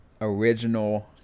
original